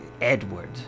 Edward